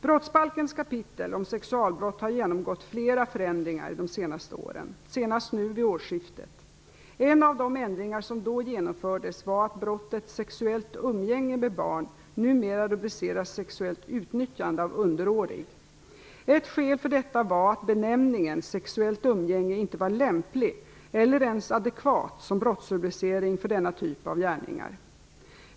Brottsbalkens kapitel om sexualbrott har genomgått flera förändringar de senaste åren, senast nu vid årsskiftet. En av de ändringar som då genomfördes var att brottet sexuellt umgänge med barn numera rubriceras sexuellt utnyttjande av underårig. Ett skäl för detta var att benämningen sexuellt umgänge inte var lämplig eller ens adekvat som brottsrubricering för denna typ av gärningar.